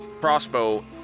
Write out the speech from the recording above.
crossbow